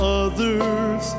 others